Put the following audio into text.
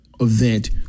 event